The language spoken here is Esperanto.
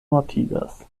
mortigas